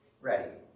ready